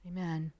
Amen